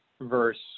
verse